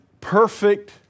perfect